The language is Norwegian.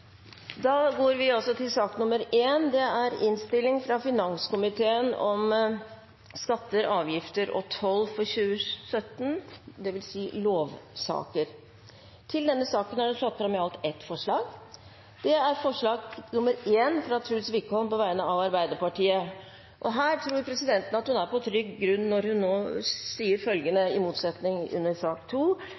er det satt fram ett forslag. Det er forslag nr. 1, fra Truls Wickholm på vegne av Arbeiderpartiet. Her tror presidenten at hun er på trygg grunn når hun nå sier følgende – i motsetning til til voteringen i sak